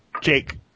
jake